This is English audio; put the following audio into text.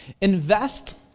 Invest